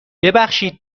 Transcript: ببخشید